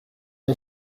iyo